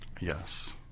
Yes